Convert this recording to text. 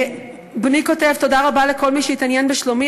בני כותב: תודה רבה לכל מי שהתעניין בשלומי,